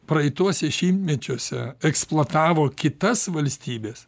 praeituose šimtmečiuose eksploatavo kitas valstybes